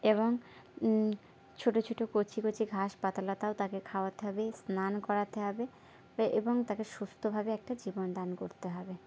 এবং ছোট ছোট কচি কচি ঘাস পাতালতাও তাকে খাওয়াতে হবে স্নান করাতে হবে এবং তাকে সুস্থভাবে একটা জীবন দান করতে হবে